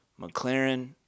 McLaren